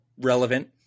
relevant